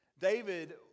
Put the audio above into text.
David